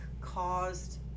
caused